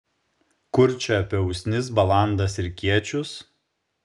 kur čia apie usnis balandas ir kiečius